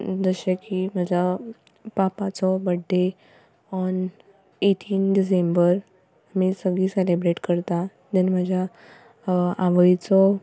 जशें की म्हज्या पापाचो बर्थ डॅ ऑन एठींथ डिसेंबर आमी सगळीं सेलेब्रेट करता धेन म्हज्या आवयचो